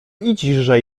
idźże